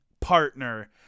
partner